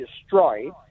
destroyed